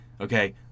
Okay